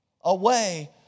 away